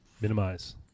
Minimize